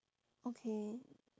okay